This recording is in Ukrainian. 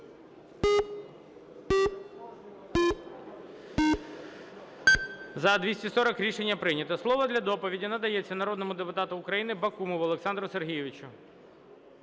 За-240 Рішення прийнято. Слово для доповіді надається народному депутату України Бакумову Олександру Сергійовичу.